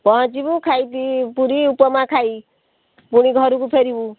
ପହଞ୍ଚିବୁ ଖାଇ ପୁରୀ ଉପମା ଖାଇ ପୁଣି ଘରକୁ ଫେରିବୁ